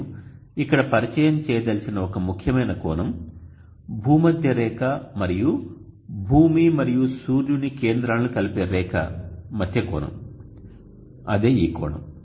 నేను ఇక్కడ పరిచయం చేయదలిచిన ఒక ముఖ్యమైన కోణం భూమధ్య రేఖ మరియు భూమి మరియు సూర్యుని కేంద్రాలను కలిపే రేఖ మధ్య కోణం అదే ఈ కోణం